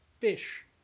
fish